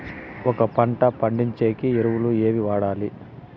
ఒక పంట పండించేకి ఎరువులు ఏవి వాడాలి?